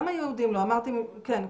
כן,